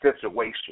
situation